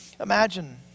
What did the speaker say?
Imagine